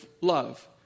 love